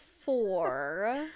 four